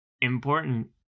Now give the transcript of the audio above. important